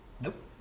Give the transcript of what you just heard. Nope